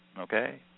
okay